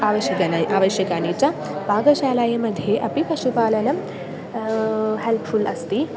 आवश्यकं आवश्यकानि च पाकशालायां मध्ये अपि पशुपालनं हेल्प्फ़ुल् अस्ति